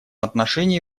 отношении